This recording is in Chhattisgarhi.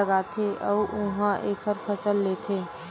लगाथे अउ उहां एखर फसल लेथे